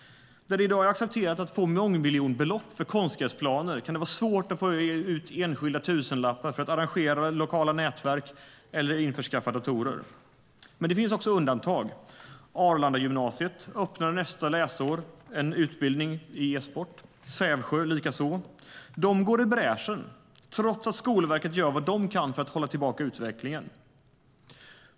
Där det i dag är accepterat att få mångmiljonbelopp för att anlägga konstgräsplaner kan det vara svårt att få enskilda tusenlappar för att arrangera lokala nätverk eller införskaffa datorer. Det finns dock undantag. Arlandagymnasiet öppnar nästa läsår en utbildning med e-sportinriktning, Sävsjö likaså. De går i bräschen, trots att Skolverket gör vad de kan för att hålla tillbaka utvecklingen.